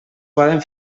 poden